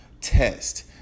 test